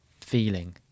feeling